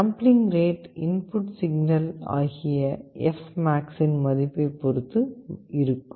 sampling rate input signal ஆகிய fmax இன் மதிப்பை பொறுத்து இருக்கும்